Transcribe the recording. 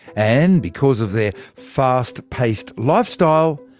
and because of their fast-paced lifestyle,